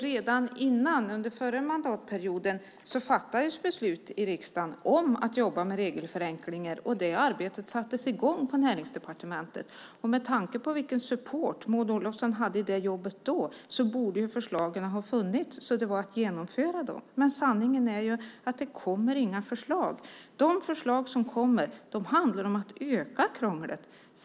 Redan under förra mandatperioden fattades beslut i riksdagen om att jobba med regelförenklingar, och det arbetet sattes i gång på Näringsdepartementet. Med tanke på vilken support Maud Olofsson hade i det jobbet då borde förslagen ha funnits så de kunde genomföras nu. Men sanningen är att det inte kommer några förslag. De förslag som kommer handlar om att öka krånglet.